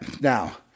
Now